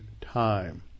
time